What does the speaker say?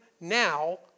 now